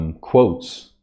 quotes